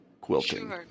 quilting